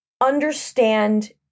understand